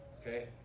okay